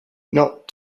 not